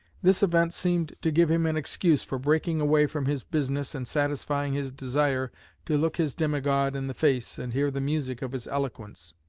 this event seemed to give him an excuse for breaking away from his business and satisfying his desire to look his demigod in the face and hear the music of his eloquence.